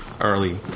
early